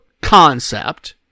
concept